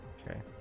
Okay